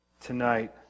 Tonight